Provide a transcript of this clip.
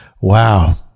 wow